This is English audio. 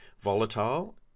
volatile